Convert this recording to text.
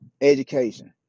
education